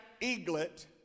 eaglet